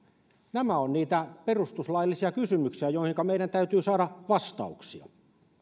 nämä ovat niitä perustuslaillisia kysymyksiä joihinka meidän täytyy saada vastauksia